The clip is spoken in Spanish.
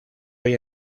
hoy